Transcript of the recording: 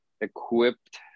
equipped